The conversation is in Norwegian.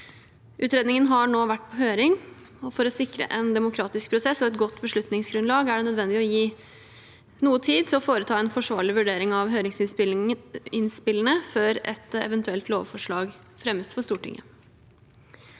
Utredningen har nå vært på høring, og for å sikre en demokratisk prosess og et godt beslutningsgrunnlag er det nødvendig å gi noe tid til å foreta en forsvarlig vurdering av høringsinnspillene før et eventuelt lovforslag fremmes for Stortinget.